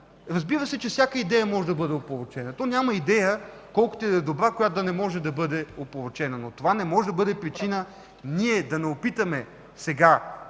Разбира се, че всяка идея може да бъде опорочена. То няма идея, колкото и да е добра, която да не може да бъде опорочена, но това не може да бъде причина ние да не опитаме сега